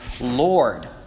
Lord